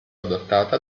adottata